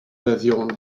version